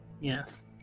Yes